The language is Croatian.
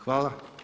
Hvala.